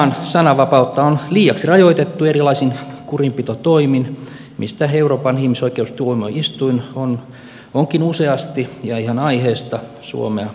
suomessahan sananvapautta on liiaksi rajoitettu erilaisin kurinpitotoimin mistä euroopan ihmisoikeustuomioistuin onkin useasti ja ihan aiheesta suomea huomauttanut